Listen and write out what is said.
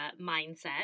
mindset